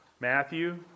Matthew